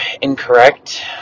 incorrect